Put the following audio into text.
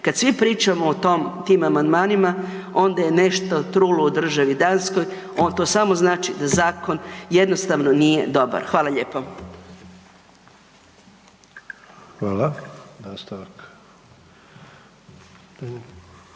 Kad svi pričamo o tim amandmanima, onda je nešto trulo u državi Danskoj, to samo znači da zakon jednostavno nije dobar. Hvala lijepo.